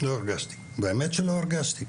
והאמת שלא הרגשתי.